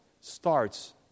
starts